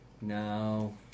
No